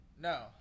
No